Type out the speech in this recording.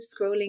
scrolling